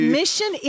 Mission